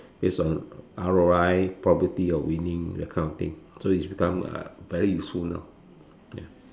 based on R_O_I property of winning that kind of thing so it become uh very useful now ya